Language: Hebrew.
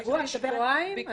שבוע-שבועיים?